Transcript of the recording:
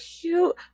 cute